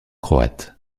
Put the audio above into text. croate